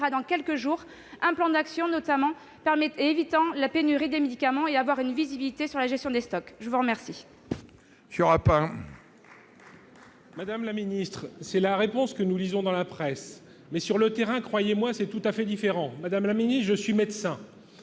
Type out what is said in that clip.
dans quelques jours un plan d'action destiné à éviter la pénurie de médicaments et à avoir une visibilité sur la gestion des stocks. La parole